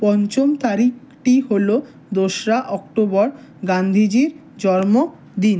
পঞ্চম তারিখটি হলো দোসরা অক্টোবর গান্ধিজির জন্মদিন